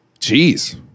Jeez